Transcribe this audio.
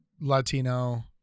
Latino-